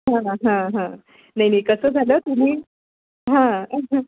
हां हां हां हां नाही नाही कसं झालं तुम्ही हां हां